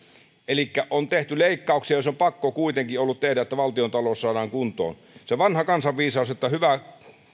elikkä on tehty leikkauksia jotka on pakko kuitenkin ollut tehdä että valtiontalous saadaan kuntoon se vanha kansanviisaus että